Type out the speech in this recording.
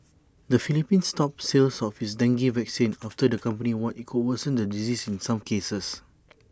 the Philippines stopped sales of his dengue vaccine after the company warned IT could worsen the disease in some cases